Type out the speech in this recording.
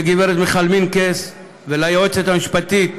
לגברת מיכל מנקס וליועצת המשפטית,